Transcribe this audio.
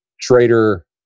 Trader